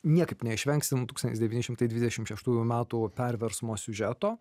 niekaip neišvengsim tūkstantis devyni šimtai dvidešim šeštųjų metų perversmo siužeto